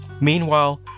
Meanwhile